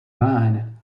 mine